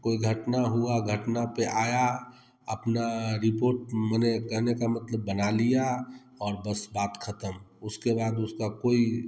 कोई घटना हुआ घटना पर आया अपना रिपोर्ट माने कहने का मतलब बना लिया और बस बात खत्म उसके बाद उसका कोई